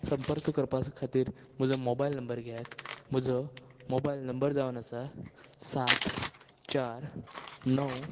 संपर्क करपाचो खातीर म्हजो मोबायल नंबर घेयात म्हजो मोबायल नंबर जावन आसा सात चार णव